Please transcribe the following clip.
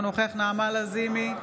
אינו נוכח נעמה לזימי,